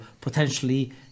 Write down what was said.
potentially